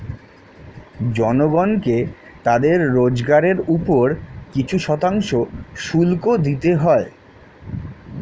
জনগণকে তাদের রোজগারের উপর কিছু শতাংশ শুল্ক দিতে হয়